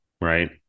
right